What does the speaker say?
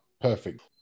perfect